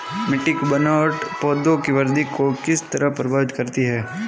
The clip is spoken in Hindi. मिटटी की बनावट पौधों की वृद्धि को किस तरह प्रभावित करती है?